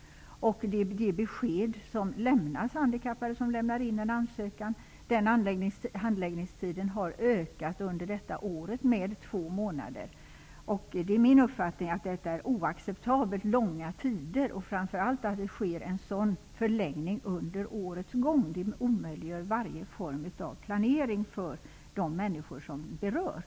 Det besked de ger till handikappade som lämnar in ansökan är att handläggningstiden har ökat med två månader under detta år. Det är min uppfattning att detta är oacceptabelt långa tider. Att det sker en sådan förlängning under årets gång omöjliggör varje form av planering för de människor som berörs.